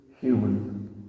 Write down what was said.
human